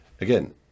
Again